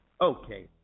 Okay